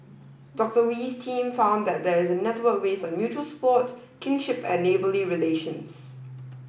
Doctor Wee's team found that there is a network based on mutual support kinship and neighbourly relations